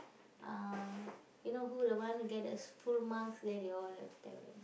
uh you know who the one who get the full marks then they all like tell